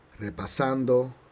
repasando